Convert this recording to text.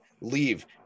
leave